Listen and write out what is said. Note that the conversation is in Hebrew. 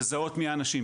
לזהות מי האנשים,